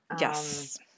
Yes